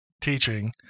teaching